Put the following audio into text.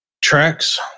Tracks